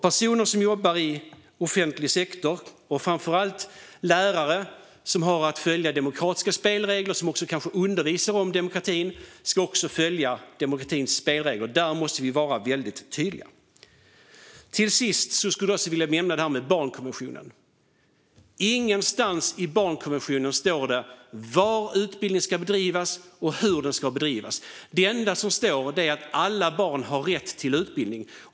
Personer som jobbar i offentlig sektor, och framför allt lärare som kanske undervisar om demokrati, ska följa demokratins spelregler. Det måste vi vara väldigt tydliga med. Till sist några ord om barnkonventionen. Ingenstans i barnkonventionen står det var och hur utbildning ska bedrivas. Det enda som står är att alla barn har rätt till utbildning.